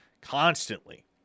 constantly